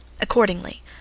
Accordingly